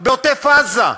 בעוטף-עזה.